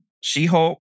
She-Hulk